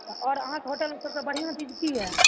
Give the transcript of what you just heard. आओर अहाँके होटलमे सभसँ बढ़िआँ चीज़ की अइ